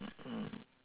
mm mm